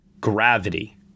Gravity